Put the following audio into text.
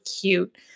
cute